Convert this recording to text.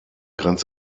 grenzt